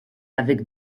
avec